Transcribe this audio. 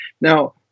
Now